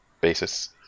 basis